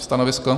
Stanovisko?